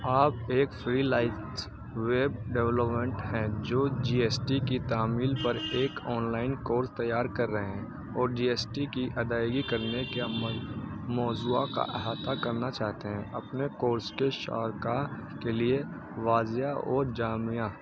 آپ ایک freelance web development ہیں جو جی ایس ٹی کی تعمیل پر ایک آن لائن کورس تیار کر رہے ہیں اور جی ایس ٹی کی ادائیگی کرنے کے موضوعہ کا احاطہ کرنا چاہتے ہیں اپنے کورس کے شارکہ کے لیے وضعہ اور جامعہ